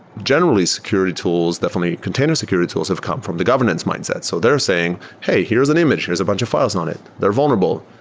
generally, security tools, definitely container security tools, have come from the governance mindset. so they're saying, hey, here's an image. here's a bunch of files on it. they're vulnerable.